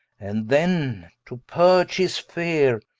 and then to purge his feare,